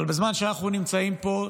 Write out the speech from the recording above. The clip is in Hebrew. אבל בזמן שאנחנו נמצאים פה,